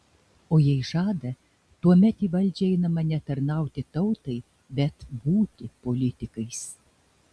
o jei žada tuomet į valdžią einama ne tarnauti tautai bet būti politikais